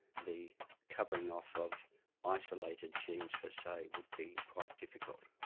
the covering off of isolated genes per se would be quite difficult.